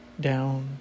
down